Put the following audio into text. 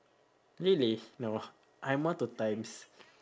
really no I'm more to times